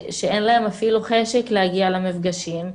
שאין להם אפילו חשק להגיע למפגשים.